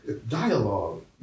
Dialogue